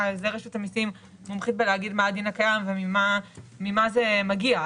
רשות המיסים מומחית להגיד מה הדין הקיים וממה זה מגיע,